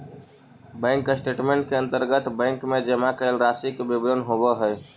bank statement के अंतर्गत bank में जमा कैल राशि के विवरण होवऽ हइ